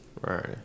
Right